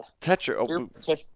Tetra